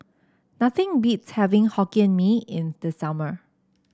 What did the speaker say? nothing beats having Hokkien Mee in the summer